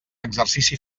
exercici